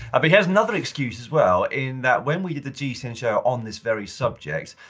but he has another excuse as well in that when we did the gcn show on this very subject,